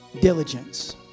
diligence